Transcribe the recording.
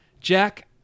Jack